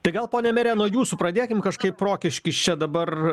tai gal pone mere nuo jūsų pradėkim kažkaip rokiškis čia dabar